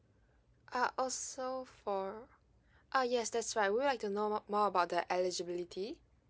ah also for uh yes that's why would like to know more more about the eligibility